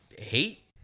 hate